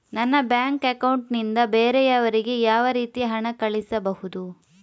ನನ್ನ bank account ನಿಂದ ಬೇರೆಯವರಿಗೆ ಯಾವ ರೀತಿ ಹಣ ಕಳಿಸಬಹುದು?